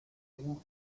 ben